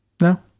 No